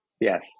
Yes